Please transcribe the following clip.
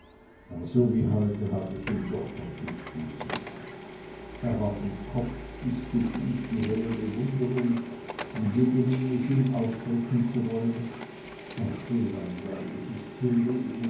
aber so wie heute habe ich ihn doch noch nicht gesehen er war von kopf bis zu fuß die helle bewunderung und jede miene schien ausdrücken zu wollen ach wie langweilig ist